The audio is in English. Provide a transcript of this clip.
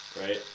right